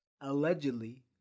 allegedly